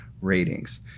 ratings